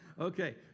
Okay